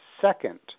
Second